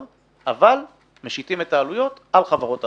אבל משיתים את העלויות על חברות האשראי.